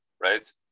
right